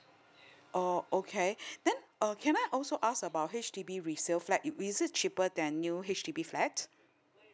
oh okay then uh can I also ask about H_D_B resale flat is it cheaper than new H_D_B flat